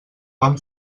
van